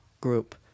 group